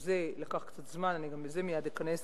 גם זה לקח קצת זמן, אני גם לזה מייד אכנס,